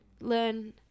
learn